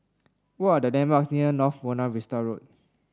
what are the landmarks near North Buona Vista Road